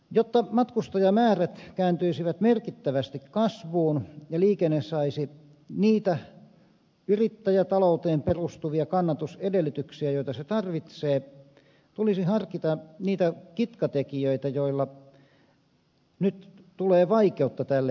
jotta matkustajamäärät kääntyisivät merkittävästi kasvuun ja liikenne saisi niitä yrittäjätalouteen perustuvia kannatusedellytyksiä joita se tarvitsee tulisi harkita niitä kitkatekijöitä jotka nyt tuottavat vaikeutta tälle yrittäjävetoiselle toiminnalle